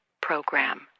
program